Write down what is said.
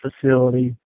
facility